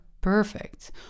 perfect